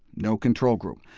no control group.